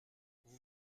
vous